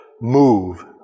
move